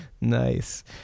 nice